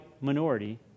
minority